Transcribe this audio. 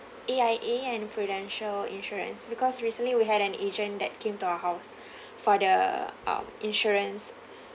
A_I_A and prudential insurance because recently we had an agent that came to our house for the um insurance